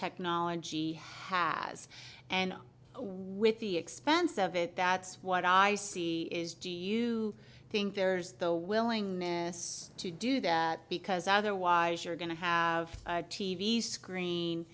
technology has and with the expense of it that's what i see is do you think there's the willingness to do that because otherwise you're going to have a t v screen